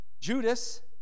Judas